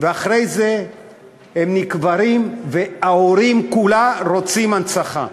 ואחרי זה הם נקברים, וההורים כולה רוצים הנצחה.